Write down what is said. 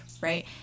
right